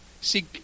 See